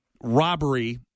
robbery